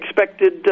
expected